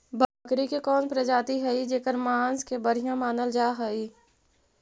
बकरी के कौन प्रजाति हई जेकर मांस के बढ़िया मानल जा हई?